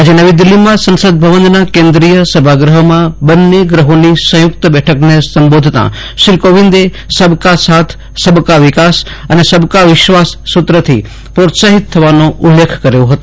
આજે નવી દિલ્હીમાં સંસદ ભવનના કેન્દ્રીય સભાગૃહમાં બંને ગૃહોની સંયુક્ત બેઠકને સંબોધતાં શ્રી કોવિન્દે સબ કા સાથ સબકા વિકાસ અને સબકા વિશ્વાસ સૂત્રથી પ્રોત્સાહિત થવાનો ઉલ્લેખ કર્યો હતો